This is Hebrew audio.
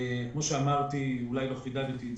כמו שאמרתי ואולי לא חידדתי,